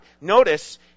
Notice